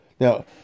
Now